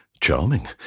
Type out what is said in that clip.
Charming